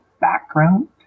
background